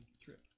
trip